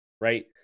right